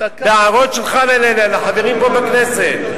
בהערות שלך לחברים פה בכנסת.